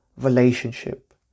relationship